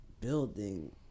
building